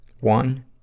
One